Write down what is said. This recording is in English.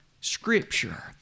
Scripture